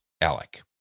Alec